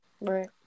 Right